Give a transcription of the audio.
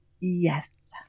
yes